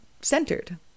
centered